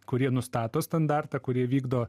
kurie nustato standartą kurie vykdo